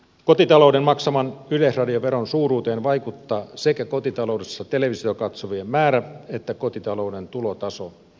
kotitalouden maksaman yleisradioveron suuruuteen vaikuttavat sekä kotitaloudessa televisiota katsovien määrä että kotitalouden tulotaso